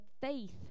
faith